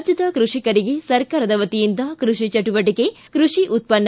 ರಾಜ್ಯದ ಕೃಷಿಕರಿಗೆ ಸರ್ಕಾರದ ವತಿಯಿಂದ ಕೃಷಿ ಚೆಟುವಟಿಕೆ ಕೃಷಿ ಉತ್ಪನ್ನ